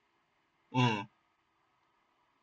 ah